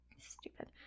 Stupid